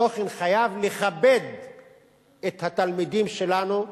התוכן חייב לכבד את התלמידים שלנו,